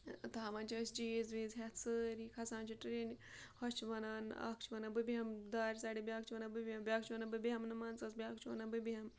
تھاوان چھِ أسۍ چیٖز ویٖز ہٮ۪تھ سٲری کھَسان چھِ ٹرٛینہِ ہۄ چھِ وَنان اَکھ چھِ وَنان بہٕ بیٚہمہٕ دارِ سایڈٕ بیٛاکھ چھِ وَنان بہٕ بیٚہمہٕ بیٛاکھ چھِ وَنان بہٕ بیٚہمہٕ نہٕ منٛزَس بیٛاکھ چھُ وَنان بہٕ بیٚہمہٕ